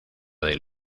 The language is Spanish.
del